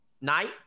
night